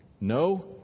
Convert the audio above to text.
No